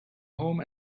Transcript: home